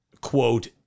quote